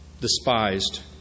despised